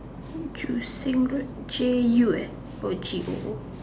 Joo-Seng J U oh G O O